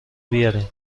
بیارین